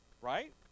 right